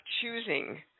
choosing